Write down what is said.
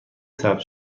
ثبت